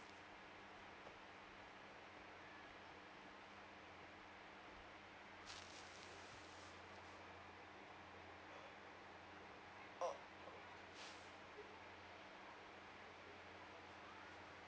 oh